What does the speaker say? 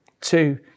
Two